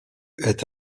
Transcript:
est